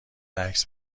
عکس